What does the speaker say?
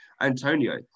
Antonio